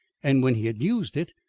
and when he had used it,